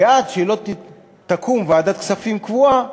ועד שלא תקום ועדת כספים קבועה